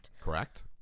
correct